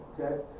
okay